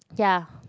ya